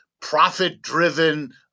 profit-driven